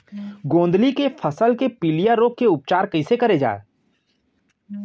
गोंदली के फसल के पिलिया रोग के उपचार कइसे करे जाये?